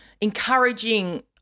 encouraging